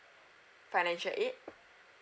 financial aid